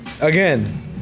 again